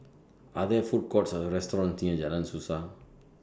Are There Food Courts Or restaurants near Jalan Suasa